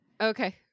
Okay